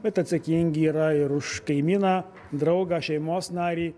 bet atsakingi yra ir už kaimyną draugą šeimos narį